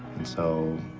and so,